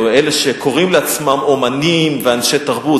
או אלה שקוראים לעצמם אמנים ואנשי תרבות,